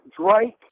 Drake